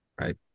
right